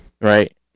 right